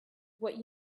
what